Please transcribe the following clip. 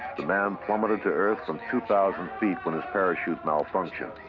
the man plummeted to earth from two thousand feet when his parachute malfunctioned.